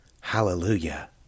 Hallelujah